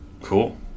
Cool